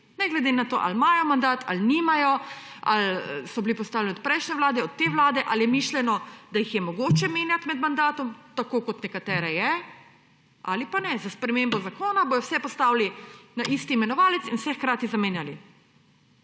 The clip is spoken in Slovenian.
ne glede na to, ali imajo mandat ali nimajo ali so bili postavljeni od prejšnje Vlade, od te Vlade, ali je mišljeno, da jih je mogoče menjat med mandatom, tako kot nekatere je ali pa ne. S spremembo zakona bojo vse postavili na isti imenovalec in vse hkrati zamenjali